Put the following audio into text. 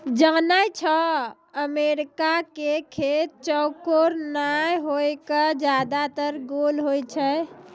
जानै छौ अमेरिका के खेत चौकोर नाय होय कॅ ज्यादातर गोल होय छै